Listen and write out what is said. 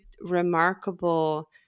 remarkable